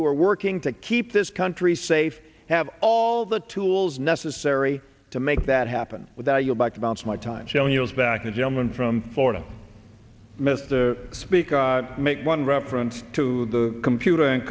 who are working to keep this country safe have all the tools necessary to make that happen without you back to bounce my time showing you is back to gentleman from florida mr speaker make one reference to the computer and